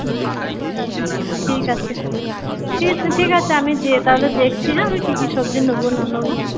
হুম ঠিক আছে ঠিক আছে আমি গিয়ে তাহলে দেখছি হ্যাঁ আমি কি কি সবজি নেবো না নেবো